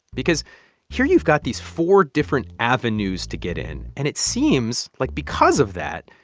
because here you've got these four different avenues to get in, and it seems like because of that,